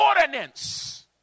ordinance